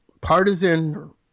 partisan